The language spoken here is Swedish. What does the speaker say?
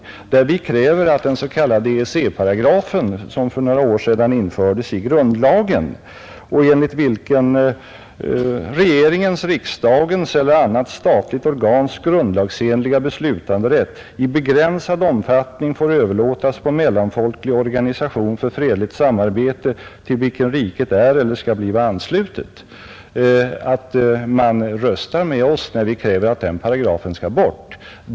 Vi kräver i den motionen att den s.k. EEC-paragrafen tas bort. Den paragrafen infördes i grundlagen för några år sedan, och den innebär att regeringens, riksdagens eller annat statligt organs grundlagsenliga beslutanderätt i begränsad omfattning får överlåtas på mellanfolklig organisation för fredligt samarbete till vilken riket är eller skall bli anslutet. Jag hoppas att ni då röstar med oss, när vi kräver att den paragrafen skall tas bort.